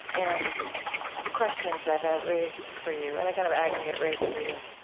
and the questions that that raised for you and the kind of agony it raised for you